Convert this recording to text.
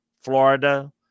Florida